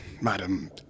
madam